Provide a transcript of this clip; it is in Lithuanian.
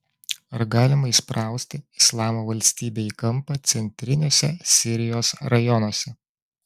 ar galima įsprausti islamo valstybę į kampą centriniuose sirijos rajonuose